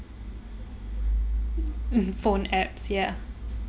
mm phone apps ya